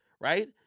Right